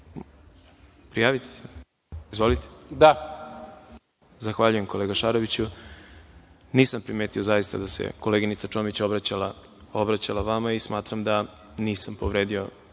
Da. **Đorđe Milićević** Zahvaljujem kolega Šaroviću. Nisam primetio zaista da se koleginica Čomić obraćala vama i smatram da nisam povredio